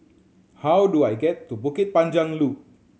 how do I get to Bukit Panjang Loop